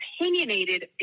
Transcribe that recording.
opinionated